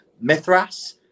Mithras